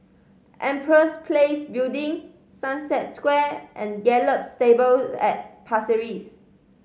Empress Place Building Sunset Square and Gallop Stables at Pasir Ris